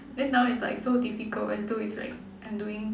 then now it's like so difficult as though is like I'm doing